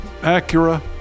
Acura